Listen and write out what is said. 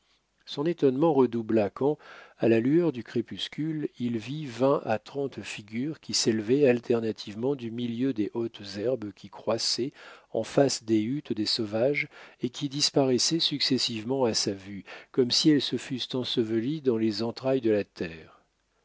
son étonnement redoubla quand à la lueur du crépuscule il vit vingt à trente figures qui s'élevaient alternativement du milieu des hautes herbes qui croissaient en face des huttes des sauvages et qui disparaissaient successivement à sa vue comme si elles se fussent ensevelies dans les entrailles de la terre